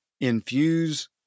infuse